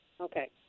Okay